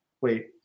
wait